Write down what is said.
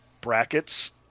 brackets